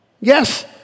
Yes